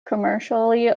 commercially